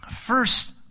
First